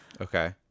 Okay